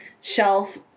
Shelf